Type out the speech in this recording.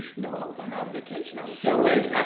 no, i was on ah vacation, i was so wait,